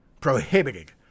prohibited